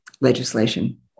legislation